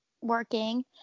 working